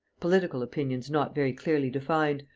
political opinions not very clearly defined,